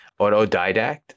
Autodidact